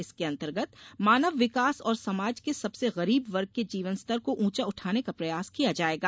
इसके अंतर्गत मानव विकास और समाज के सबसे गरीब वर्ग के जीवन स्तर को ऊंचा उठाने का प्रयास किया जायेगा